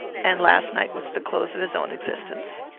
and last night was the close of his own existence.